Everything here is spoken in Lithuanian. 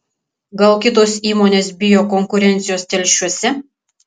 gal kitos įmonės bijo konkurencijos telšiuose